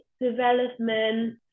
development